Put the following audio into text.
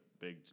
big